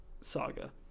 saga